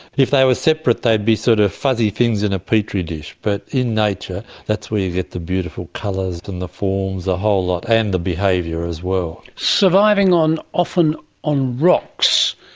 if they were separate they would be sort of fuzzy things in a petri dish, but in nature that's where you get the beautiful colours and the forms, the whole lot, and the behaviour as well. surviving often on rocks,